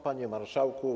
Panie Marszałku!